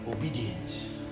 Obedience